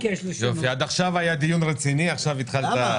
יופי, עד עכשיו היה דיון רציני, עכשיו התחלת.